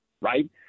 right